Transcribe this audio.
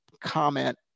comment